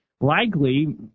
Likely